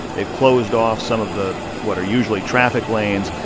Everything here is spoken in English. they've closed off some of the what are usually traffic lanes.